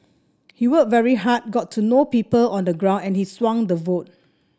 he worked very hard got to know people on the ground and he swung the vote